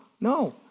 No